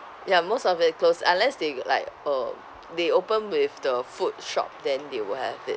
ya most of it closed unless they like um they open with the food shop then they will have it